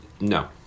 no